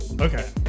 Okay